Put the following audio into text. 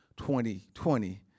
2020